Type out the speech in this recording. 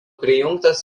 prijungtas